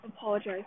apologize